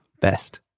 best